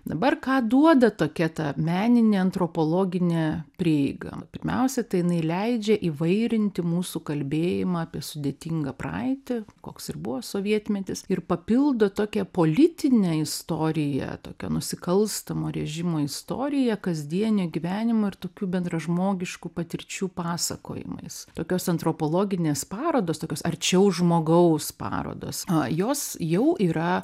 dabar ką duoda tokia ta meninė antropologinė prieiga pirmiausia tai jinai leidžia įvairinti mūsų kalbėjimą apie sudėtingą praeitį koks ir buvo sovietmetis ir papildo tokią politinę istoriją tokio nusikalstamo režimo istoriją kasdienio gyvenimo ir tokių bendražmogiškų patirčių pasakojimais tokios antropologinės parodos tokios arčiau žmogaus parodos jos jau yra